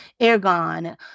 Ergon